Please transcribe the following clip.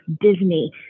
Disney